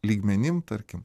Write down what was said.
lygmenim tarkim